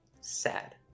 sad